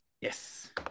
Yes